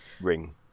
Ring